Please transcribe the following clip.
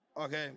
Okay